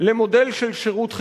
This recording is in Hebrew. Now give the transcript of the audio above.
למודל של שירות חברתי.